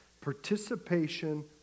participation